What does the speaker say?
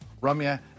Rumya